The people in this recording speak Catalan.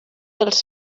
dels